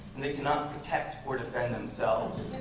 and they cannot protect or defend themselves.